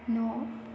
न'